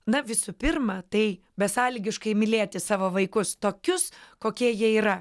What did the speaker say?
na visų pirma tai besąlygiškai mylėti savo vaikus tokius kokie jie yra